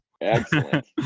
Excellent